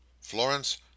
Florence